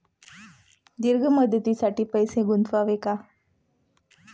दीर्घ मुदतीसाठी पैसे गुंतवावे का?